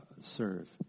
serve